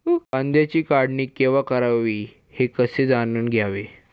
कांद्याची काढणी केव्हा करावी हे कसे जाणून घ्यावे?